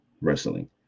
wrestling